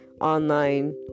online